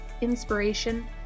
inspiration